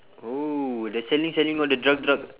oh the selling selling all the drug drug